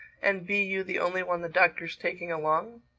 and be you the only one the doctor's taking along?